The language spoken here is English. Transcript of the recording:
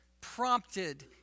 prompted